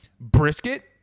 Brisket